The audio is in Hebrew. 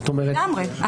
לגמרי.